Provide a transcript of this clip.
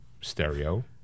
stereo